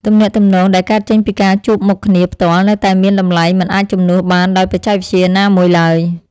ទំនាក់ទំនងដែលកើតចេញពីការជួបមុខគ្នាផ្ទាល់នៅតែមានតម្លៃមិនអាចជំនួសបានដោយបច្ចេកវិទ្យាណាមួយឡើយ។